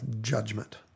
judgment